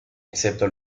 excepto